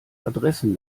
adressen